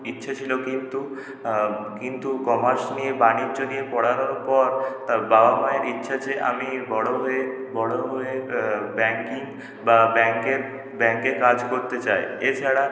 খুব ইচ্ছে ছিল কিন্তু কিন্তু কমার্স নিয়ে বাণিজ্য নিয়ে পড়ানোর পর তার বাবা মায়ের ইচ্ছা যে আমি বড়ো হয়ে বড়ো হয়ে ব্যাঙ্কিং বা ব্যাঙ্কের ব্যাঙ্কের কাজ করতে চাই এছাড়া